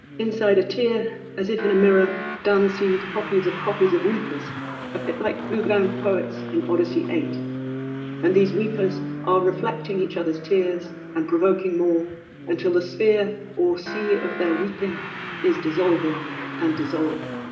inside a tear as if in a mirror donne see copies of copies of weepers a bit like blue gown poets in odyssey eight and these weepers are reflecting each other's tears and provoking more until the sphere or sea of their weeping is dissolving and dissolved